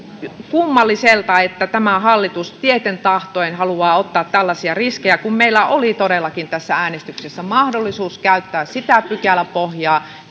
kummalliselta että tämä hallitus tieten tahtoen haluaa ottaa tällaisia riskejä kun meillä oli todellakin tässä äänestyksessä mahdollisuus käyttää sitä pykäläpohjaa